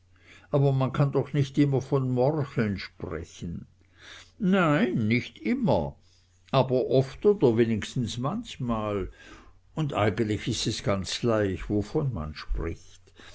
aber man kann doch nicht immer von morcheln sprechen nein nicht immer aber oft oder wenigstens manchmal und eigentlich ist es ganz gleich wovon man spricht